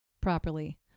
properly